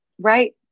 right